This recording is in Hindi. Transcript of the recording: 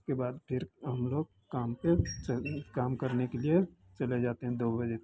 उसके बाद फिर हमलोग काम पर च काम करने के लिए चले जाते हैं दो बजे तक